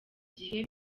gihe